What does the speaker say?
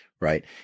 right